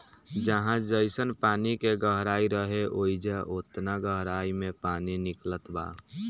जहाँ जइसन पानी के गहराई रहे, ओइजा ओतना गहराई मे पानी निकलत बा